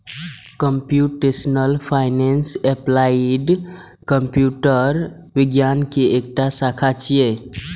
computational finance applied computer विज्ञान के एकटा शाखा छियै